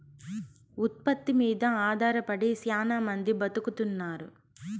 ఉత్పత్తి మీద ఆధారపడి శ్యానా మంది బతుకుతున్నారు